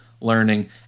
learning